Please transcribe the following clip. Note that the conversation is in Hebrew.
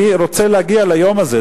אני רוצה להגיע ליום הזה,